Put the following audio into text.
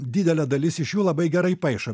didelė dalis iš jų labai gerai paišo